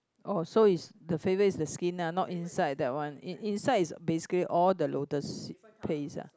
oh so is the favorite is the skin lah not inside that one inside is basically all the lotus seed paste ah